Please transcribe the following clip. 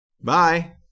Bye